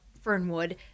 Fernwood